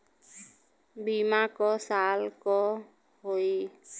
बीमा क साल क होई?